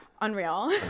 Unreal